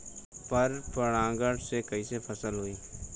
पर परागण से कईसे फसल होई?